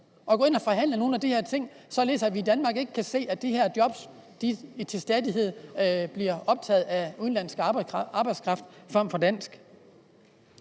at gå ind og forhandle om nogle af de her ting, således at vi i Danmark ikke skal se, at de her job til stadighed bliver taget af udenlandsk arbejdskraft frem for dansk.